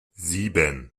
sieben